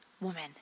woman